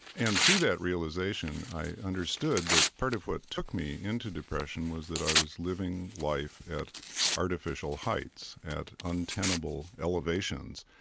and through that realization, i understood that part of what took me into depression was that i was living life at artificial heights, at untenable elevations,